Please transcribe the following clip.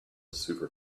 super